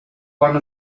one